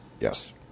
Yes